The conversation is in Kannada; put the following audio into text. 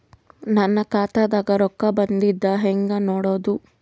ನನ್ನ ಖಾತಾದಾಗ ರೊಕ್ಕ ಬಂದಿದ್ದ ಹೆಂಗ್ ನೋಡದು?